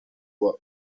w’u